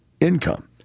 income